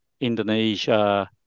Indonesia